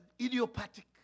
idiopathic